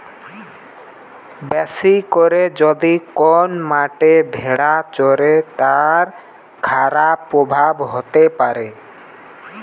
বেশি করে যদি কোন মাঠে ভেড়া চরে, তার খারাপ প্রভাব হতে পারে